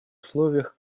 условиях